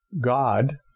God